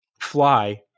fly